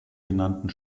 genannten